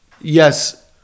Yes